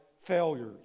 failures